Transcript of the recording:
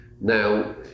Now